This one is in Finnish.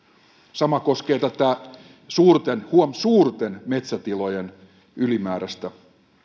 sama koskee tätä suurten huom suurten metsätilojen ylimääräistä